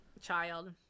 child